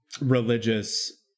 religious